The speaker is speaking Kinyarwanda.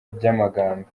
by’amagambo